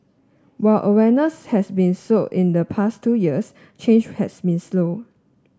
while awareness has been sown in the past two years change has been slow